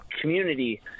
Community